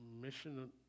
mission